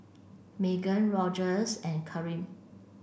Maegan Rogers and Karim